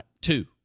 two